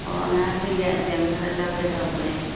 ꯑꯣ ꯑꯉꯥꯡꯁꯤꯡꯒꯤ ꯑꯥꯏꯇꯦꯝ ꯈꯔ ꯂꯧꯒꯦ ꯇꯧꯕꯅꯦ